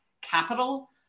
capital